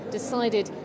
decided